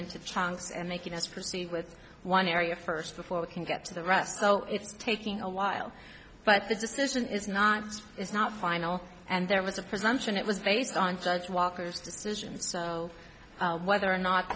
into chunks and making us proceed with one area first before we can get to the rest so it's taking a while but the decision is not is not final and there was a presumption it was based on judge walker's decisions so whether or not